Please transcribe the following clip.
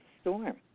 storm